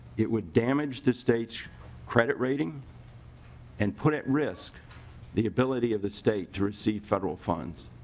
it would damage the states credit rating and put at risk the ability of the state to receive federal funds.